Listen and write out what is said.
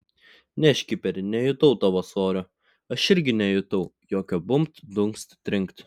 ne škiperi nejutau tavo svorio aš irgi nejutau jokio bumbt dunkst trinkt